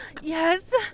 Yes